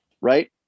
right